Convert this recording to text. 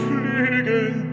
Flügeln